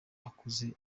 akuze